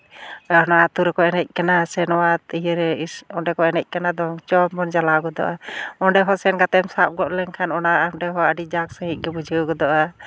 ᱚᱱᱟ ᱟᱹᱛᱩ ᱨᱮᱠᱚ ᱮᱱᱮᱡ ᱠᱟᱱᱟ ᱥᱮ ᱱᱚᱣᱟ ᱤᱭᱟᱹ ᱨᱮᱠᱚ ᱮᱱᱮᱡ ᱠᱟᱱᱟ ᱠᱚ ᱫᱚᱝ ᱪᱚ ᱵᱚᱱ ᱪᱟᱞᱟᱣ ᱜᱚᱫᱚᱜᱼᱟ ᱚᱸᱰᱮ ᱦᱚᱸ ᱥᱮᱱ ᱠᱟᱛᱮ ᱥᱟᱵ ᱜᱚᱫ ᱞᱮᱱᱠᱷᱟᱱ ᱚᱱᱟ ᱚᱸᱰᱮ ᱦᱚᱸ ᱟᱹᱰᱤ ᱡᱟᱸᱠ ᱥᱟᱺᱦᱤᱡ ᱜᱮ ᱵᱩᱡᱷᱟᱹᱣ ᱜᱚᱫᱚᱜᱼᱟ